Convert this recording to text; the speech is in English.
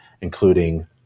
including